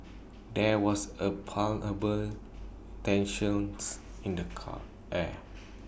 there was A palpable tensions in the car air